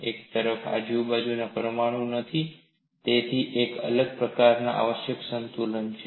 એક તરફ આજુબાજુના પરમાણુ નથી તેથી એક અલગ પ્રકારનાં આવશ્યક સંતુલન છે